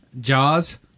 Jaws